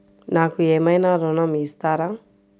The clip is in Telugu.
నాకు ఏమైనా ఋణం ఇస్తారా?